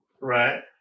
Right